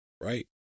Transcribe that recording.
right